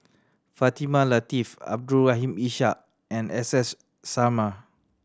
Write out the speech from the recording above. Fatimah Lateef Abdul Rahim Ishak and S S Sarma